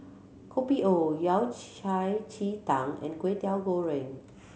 Kopi O Yao Cai chi tang and Kwetiau Goreng